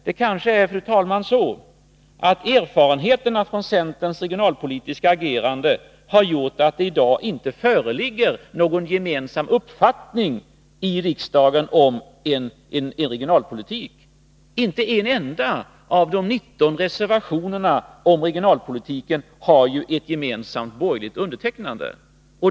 Det kanske, fru talman, är erfarenheten från centerns regionalpolitiska agerande som har gjort att det i riksdagen i dag inte föreligger någon gemensam uppfattning om regionalpolitiken. Inte en enda av de 19 reservationerna om regionalpolitiken har ett gemensamt borgerligt undertecknande.